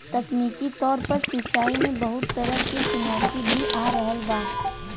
तकनीकी तौर पर सिंचाई में बहुत तरह के चुनौती भी आ रहल बा